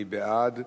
מי בעד?